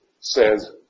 says